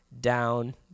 down